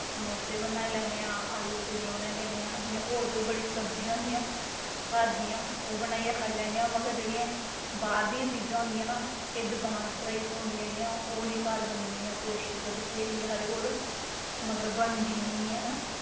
समोसे बनाई लैन्ने आं आलू पुड़ियां बनाई लैन्ने आं जियां होर कोई बड़ी सब्ज़ियां होंदियां घर दियां ओह् बनाइयै खाई लैनियां मगर जेह्ड़ियां बाहर दियां चीज़ां होंदियां ना एह् दुकान पर बनदियां जेह्ड़ियां ओह् निं बनदियां न कोशिश ते बत्हेरी ऐ साढ़े कोल मगर बनदी निं ऐ